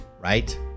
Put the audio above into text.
right